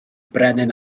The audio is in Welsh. brenin